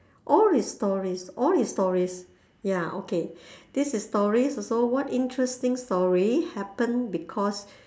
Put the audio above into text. all is stories all is stories ya okay this is stories also what interesting story happen because